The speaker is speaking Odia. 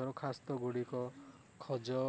ଦରଖାସ୍ତ ଗୁଡ଼ିକ ଖୋଜ